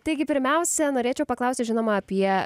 taigi pirmiausia norėčiau paklausti žinoma apie